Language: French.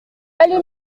allez